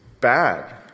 bad